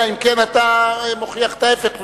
אלא אם כן אתה מוכיח את ההיפך,